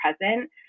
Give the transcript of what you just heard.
present